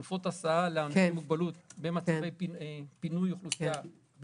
חלופות הסעה לאנשים עם מוגבלות במצבי פינוי אוכלוסייה,